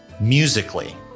musically